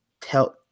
tell